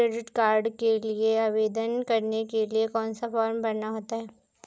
Credit card के लिए आवेदन करने के लिए कौन सा फॉर्म भरना होता है?